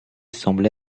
semble